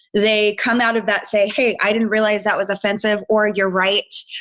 they come out of that, say, hey, i didn't realize that was offensive or you're right.